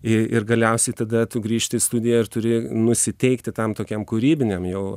i ir galiausiai tada tu grįžti į studiją ir turi nusiteikti tam tokiam kūrybiniam jau